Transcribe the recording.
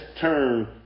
turn